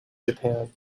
japan